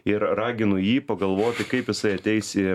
ir raginu jį pagalvoti kaip jisai ateis į